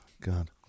God